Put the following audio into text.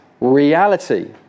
reality